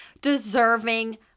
deserving